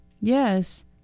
Yes